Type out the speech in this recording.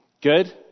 Good